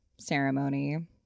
ceremony